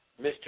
Mr